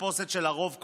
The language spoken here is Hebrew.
בתחפושת של "הרוב קובע",